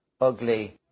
ugly